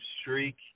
streak